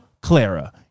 Clara